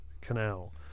canal